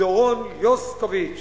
"דורון יוסקוביץ,